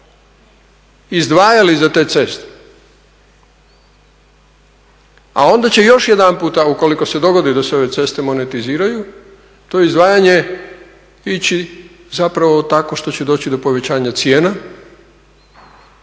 izdvajali za te ceste, a onda će još jedanputa ukoliko se dogodi da se ove ceste monetiziraju to izdvajanje ići zapravo tako što će doći do povećanja cijena,